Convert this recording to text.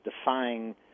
defying